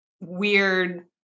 weird